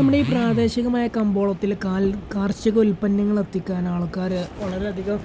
നമ്മുടെ ഈ പ്രാദേശികമായ കമ്പോളത്തിൽ കാർഷിക ഉൽപ്പന്നങ്ങൾ എത്തിക്കാൻ ആൾക്കാർ വളരെയധികം